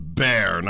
bear